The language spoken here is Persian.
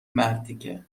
مرتیکه